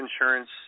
insurance